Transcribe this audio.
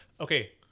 okay